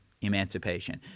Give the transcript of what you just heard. emancipation